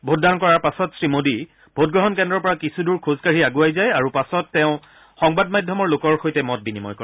ভোটদান কৰাৰ পাছত শ্ৰীমোদীয়ে ভোটগ্ৰহণ কেন্দ্ৰৰ পৰা কিছুদৰ খোজ কাঢ়ি আগুৱাই যায় আৰু পাছত শ্ৰীমোদীয়ে সাংবাদ মাধ্যমৰ লোকৰসৈতে মত বিনিময় কৰে